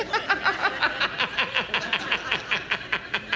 i